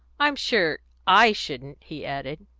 i'm sure i shouldn't, he added.